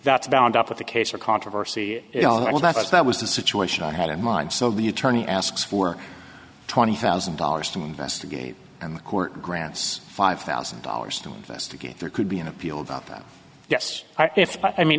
that's bound up with a case or controversy well that's that was the situation i had in mind so the attorney asks for twenty thousand dollars to investigate and the court grants five thousand dollars to investigate there could be an appeal about that yes if but i mean